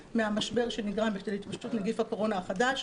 מהמשבר שנגרם בשל התפשטות נגיף הקורונה החדש,